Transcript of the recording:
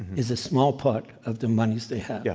is a small part of the monies they have. yeah